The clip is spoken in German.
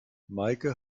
meike